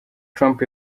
trump